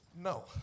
no